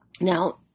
Now